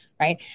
right